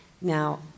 Now